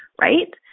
Right